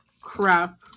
crap